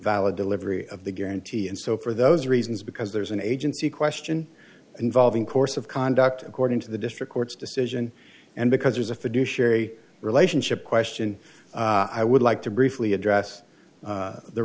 valid delivery of the guarantee and so for those reasons because there's an agency question involving course of conduct according to the district court's decision and because there's a fiduciary relationship question i would like to briefly address